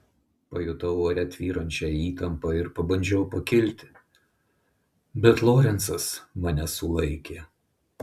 pajutau ore tvyrančią įtampą ir pabandžiau pakilti bet lorencas mane sulaikė